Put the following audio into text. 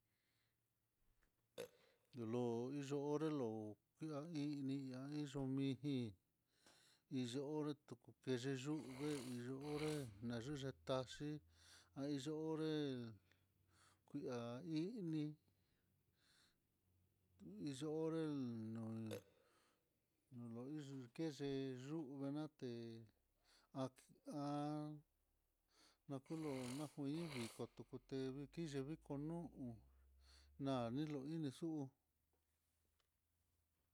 Lo hillonre lo'o, ha ini ha iin yomijin, iyo'o tukukene yuu vee iyovee tanini taxhí, ahinre ha ini iyo onrel no'o lo hiyuu kex uu unaté há nakulo najui viko tute kiyee vikó no'o na'a nna ile xuu.